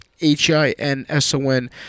H-I-N-S-O-N